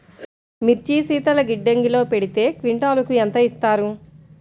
మిర్చి శీతల గిడ్డంగిలో పెడితే క్వింటాలుకు ఎంత ఇస్తారు?